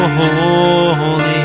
holy